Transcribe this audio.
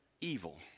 evil